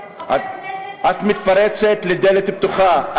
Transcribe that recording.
הכלא, חבר כנסת, את מתפרצת לדלת פתוחה.